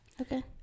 Okay